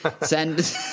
Send